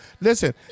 Listen